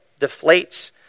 deflates